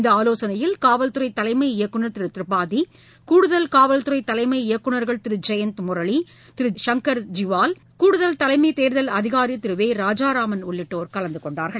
இந்த ஆலோசனையில் காவல்துறை தலைமை இயக்குனர் திரு திரிபாதி கூடுதல் காவல்துறை தலைமை இயக்குனர்கள் திரு ஜெயந்த் முரளி திரு ங்கர் ஜிவால் கூடுதல் தலைம தேர்தல் அதினரி திரு வே ராஜாராமன் உள்ளிட்டோர் கலந்தகொண்டனர்